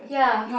ya